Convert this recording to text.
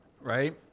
right